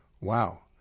Wow